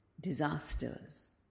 disasters